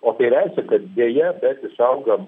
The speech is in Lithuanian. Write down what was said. o tai reiškia kad deja bet išaugam